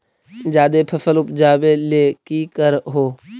जादे फसल उपजाबे ले की कर हो?